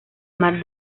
mar